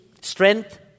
strength